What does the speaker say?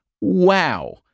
wow